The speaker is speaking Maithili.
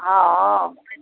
ओ